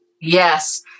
Yes